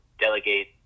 delegate